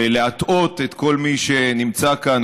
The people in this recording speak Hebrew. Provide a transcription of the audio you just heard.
ולהטעות את כל מי שנמצא כאן,